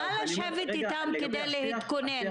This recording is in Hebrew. מה לשבת איתם כדי להתכונן?